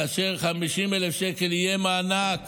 כאשר 50,000 שקל יהיה מענק